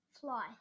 Fly